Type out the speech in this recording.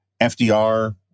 FDR